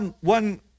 one